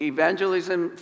Evangelism